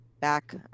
back